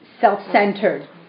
self-centered